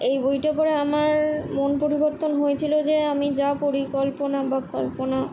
এই বইটা পড়ে আমার মন পরিবর্তন হয়েছিলো যে আমি যা পরিকল্পনা বা কল্পনা